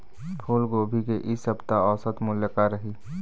फूलगोभी के इ सप्ता औसत मूल्य का रही?